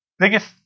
Biggest